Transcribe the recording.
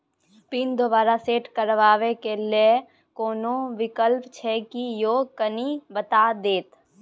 Pin दोबारा set करबा के लेल कोनो विकल्प छै की यो कनी बता देत?